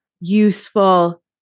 useful